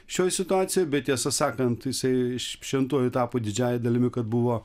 šioj situacijoj bet tiesą sakant jisai šventuoju tapo didžiąja dalimi kad buvo